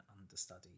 understudy